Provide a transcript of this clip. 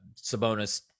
Sabonis